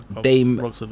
Dame